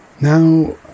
Now